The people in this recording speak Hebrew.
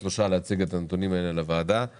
להציג את הנתונים האלה לוועדה תוך שבועיים-שלושה.